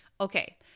Okay